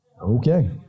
Okay